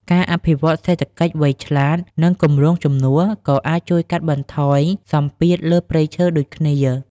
ការអភិវឌ្ឍសេដ្ឋកិច្ចឆ្លាតវៃ និងគម្រោងជំនួសក៏អាចជួយកាត់បន្ថយសម្ពាធលើព្រៃឈើដូចគ្នា។